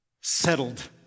settled